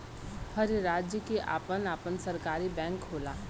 हर राज्य के आपन आपन सरकारी बैंक होला